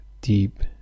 deep